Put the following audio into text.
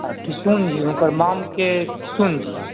आ किशुन जी हुनकर नाम के किशुन जी